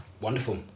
Wonderful